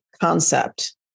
concept